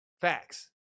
Facts